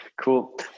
Cool